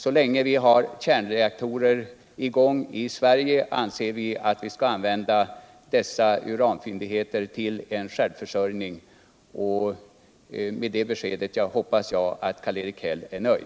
Så länge vi har kärnreaktorer i gång I Sverige anser vi alt uranfyndigheterna skall användas för vår självtörsörjning. Med det beskedet hoppas jag att Karl-Erik Häll är nöjd.